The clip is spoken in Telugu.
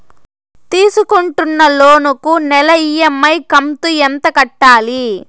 తీసుకుంటున్న లోను కు నెల ఇ.ఎం.ఐ కంతు ఎంత కట్టాలి?